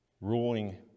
ruling